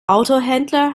autohändler